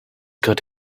got